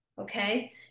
Okay